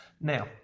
Now